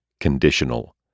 conditional